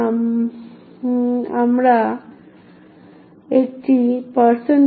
f7e978fb ffffcf6c এবং ffffd06c এর মতো প্রদর্শিত হচ্ছে এবং অবশেষে আমাদের কাছে স্ট্রিংটি রয়েছে এটি একটি টপ সিক্রেট ম্যাসেজ